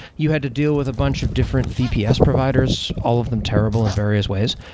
you had to deal with a bunch of different vps providers, all of them terrible in various ways,